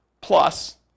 Plus